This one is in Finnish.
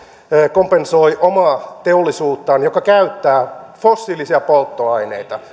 kompensoi sataprosenttisesti omaa teollisuuttaan joka käyttää fossiilisia polttoaineita